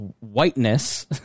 whiteness